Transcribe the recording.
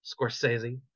scorsese